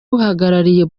uhagarariye